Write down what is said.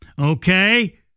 okay